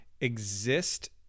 exist